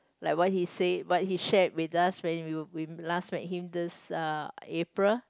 like what he said what he shared with us when you you last met him this uh April